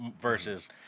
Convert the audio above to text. versus